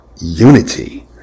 unity